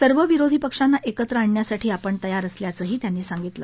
सर्व विरोधी पक्षांना एकत्र आणण्यासाठी आपण तयार असल्याचंही त्यांनी सांगितलं